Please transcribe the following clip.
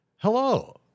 Hello